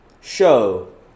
show